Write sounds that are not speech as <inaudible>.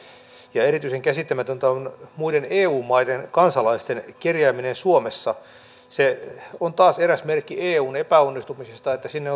ja erityisen käsittämätöntä on muiden eu maiden kansalaisten kerjääminen suomessa se on taas eräs merkki eun epäonnistumisesta että sinne <unintelligible>